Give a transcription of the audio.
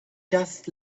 just